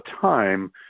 time